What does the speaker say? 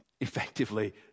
effectively